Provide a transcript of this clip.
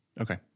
Okay